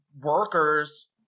workers